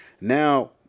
Now